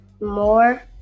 more